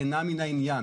אינה מן העניין.